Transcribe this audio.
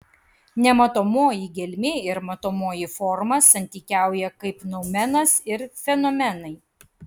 nematomoji gelmė ir matomoji forma santykiauja kaip noumenas ir fenomenai